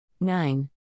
Nine